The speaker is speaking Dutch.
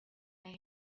hij